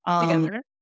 together